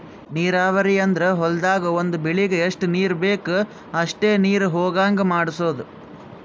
ನೀರಾವರಿ ಅಂದ್ರ ಹೊಲ್ದಾಗ್ ಒಂದ್ ಬೆಳಿಗ್ ಎಷ್ಟ್ ನೀರ್ ಬೇಕ್ ಅಷ್ಟೇ ನೀರ ಹೊಗಾಂಗ್ ಮಾಡ್ಸೋದು